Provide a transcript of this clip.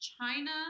China